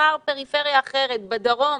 תבחר פריפריה אחרת בדרום,